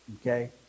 okay